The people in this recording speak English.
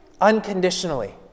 unconditionally